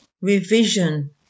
revision